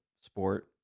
sport